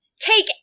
take